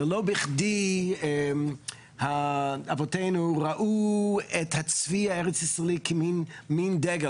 ולא בכדי אבותינו ראו את הצבי הארץ ישראלי כמן דגל.